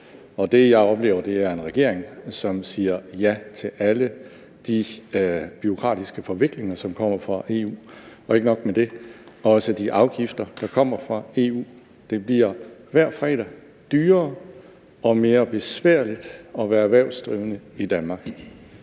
Og det, jeg oplever, er en regering, som siger ja til alle de bureaukratiske forviklinger, som kommer fra EU, og ikke nok med det også de afgifter, der kommer fra EU. Det bliver hver fredag dyrere og mere besværligt at være erhvervsdrivende i Danmark,